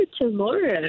tomorrow